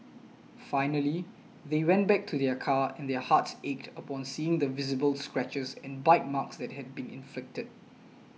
finally they went back to their car and their hearts ached upon seeing the visible scratches and bite marks that had been inflicted